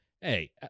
hey